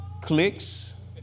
clicks